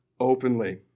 openly